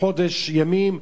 חודש ימים,